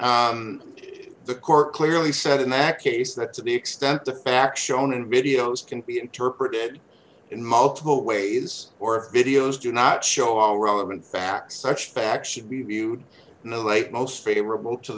fifteen the court clearly said in that case that to the extent the facts shown in videos can be interpreted in multiple ways or videos do not show all relevant facts such facts should be viewed in the late most favorable to